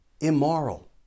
immoral